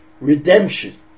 redemption